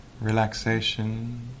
relaxation